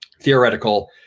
theoretical